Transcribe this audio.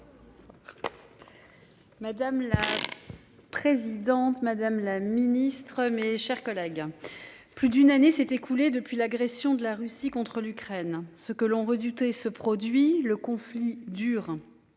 Madame la. Présidente madame la ministre, mes chers collègues. Plus d'une année s'est écoulée depuis l'agression de la Russie contre l'Ukraine, ce que l'on redoutait ce produit. Le conflit dure.